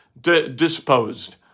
disposed